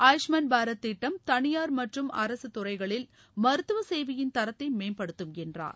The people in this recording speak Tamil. ஆயுஷ்மான் பாரத் திட்டம் தனியார் மற்றும் அரசு துறைகளில் மருத்துவ சேவையின் தரத்தை மேம்படுத்தும் என்றார்